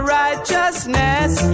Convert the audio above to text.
righteousness